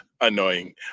Annoying